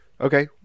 okay